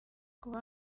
kuba